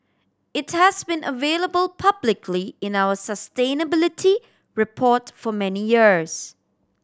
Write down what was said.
it has been available publicly in our sustainability report for many years